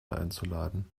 einzuladen